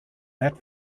that